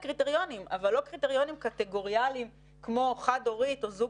קריטריונים אבל לא קריטריונים קטגוריאליים כמו חד-הורית או זוג